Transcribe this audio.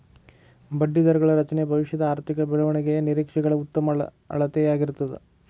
ಬಡ್ಡಿದರಗಳ ರಚನೆ ಭವಿಷ್ಯದ ಆರ್ಥಿಕ ಬೆಳವಣಿಗೆಯ ನಿರೇಕ್ಷೆಗಳ ಉತ್ತಮ ಅಳತೆಯಾಗಿರ್ತದ